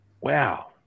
wow